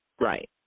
right